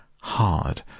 hard